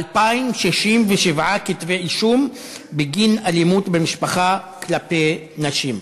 2,607 כתבי אישום בגין אלימות במשפחה כלפי נשים.